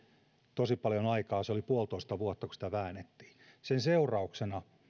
tosi paljon aikaa se oli puolitoista vuotta kun sitä väännettiin sen seurauksena